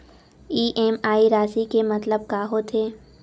EMI राशि के मतलब का होथे?